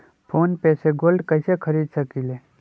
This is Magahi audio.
फ़ोन पे से गोल्ड कईसे खरीद सकीले?